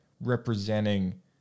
representing